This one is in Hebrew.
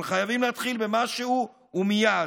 אבל חייבים להתחיל במשהו ומייד.